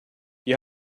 you